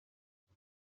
هستم